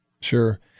Sure